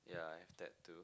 yeah I have that too